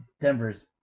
Denver's